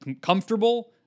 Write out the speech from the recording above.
comfortable